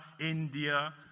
India